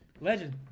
Legend